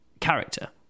character